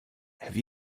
have